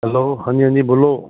hello ਹਾਂਜੀ ਹਾਂਜੀ ਬੋਲੋ